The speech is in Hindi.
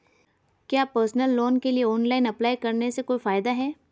क्या पर्सनल लोन के लिए ऑनलाइन अप्लाई करने से कोई फायदा है?